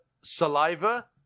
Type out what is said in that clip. Saliva